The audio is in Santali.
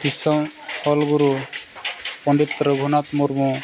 ᱛᱤᱥᱦᱚᱸ ᱚᱞᱜᱩᱨᱩ ᱯᱚᱱᱰᱤᱛ ᱨᱚᱜᱷᱩᱱᱟᱛᱷ ᱢᱩᱨᱢᱩ